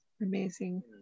amazing